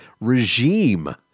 regime